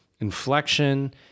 inflection